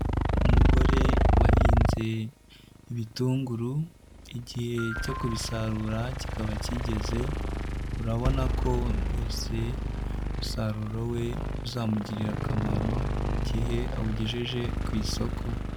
Umugore wahinze ibitunguru igihe cyo kubisarura kikaba kigeze, urabona ko rwose umusaruro we uzamugirira akamaro igihe awugejeje ku isoko.